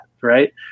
right